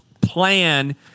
plan